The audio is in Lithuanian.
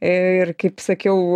ir kaip sakiau